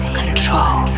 control